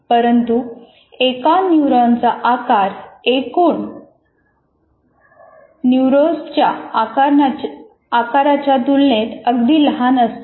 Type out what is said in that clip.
परंतु एका न्यूरॉनचा आकार एकूण न्युरोंसच्या आकाराच्या तुलनेत अगदी लहान असतो